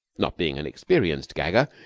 not being an experienced gagger,